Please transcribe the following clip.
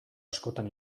askotan